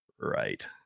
right